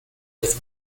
with